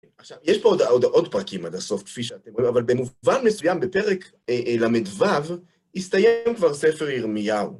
עכשיו, יש פה עוד פרקים עד הסוף, כפי שאתם רואים, אבל במובן מסוים, בפרק ל"ו, הסתיים כבר ספר ירמיהו.